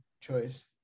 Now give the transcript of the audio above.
choice